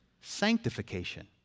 sanctification